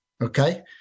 Okay